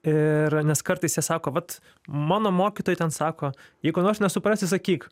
ir nes kartais jie sako vat mano mokytojai ten sako ji ko nors nesuprasi sakyk